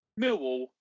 Millwall